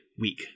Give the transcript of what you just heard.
week